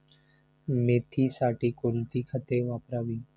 मेथीसाठी कोणती खते वापरावी?